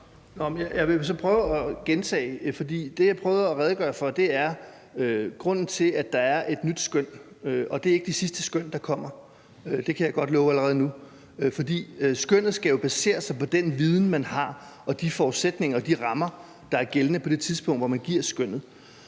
så prøve at gentage det. For det, jeg prøvede at redegøre for, er, at grunden til, at der er et nyt skøn – og det er ikke det sidste skøn, der kommer, kan jeg godt love allerede nu – er, at skønnet jo skal basere sig på den viden, man har, og de forudsætninger og de rammer, der er gældende på det tidspunkt, hvor man giver skønnet.